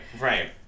right